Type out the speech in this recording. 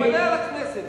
אני מתפלא על הכנסת,